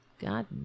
God